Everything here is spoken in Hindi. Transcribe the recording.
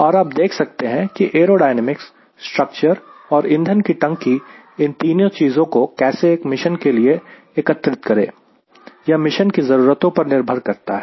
और आप देख सकते हैं कि एयरोडायनेमिक्स स्ट्रक्चर और इंधन की टंकी इन तीनों चीजों को कैसे एक मिशन के लिए एकत्रित करें यह मिशन की ज़रूरतों पर निर्भर करता है